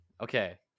okay